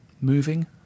moving